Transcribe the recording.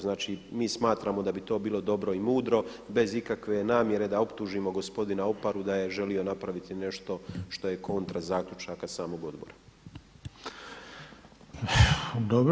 Znači mi smatramo da bi to bilo dobro i mudro bez ikakve namjere da optužimo gospodina Oparu da je želio napraviti nešto što je kontra zaključaka samog odbora.